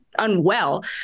unwell